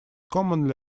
commonly